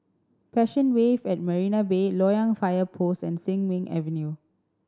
Passion Wave at Marina Bay Loyang Fire Post and Sin Ming Avenue